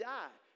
die